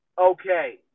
Okay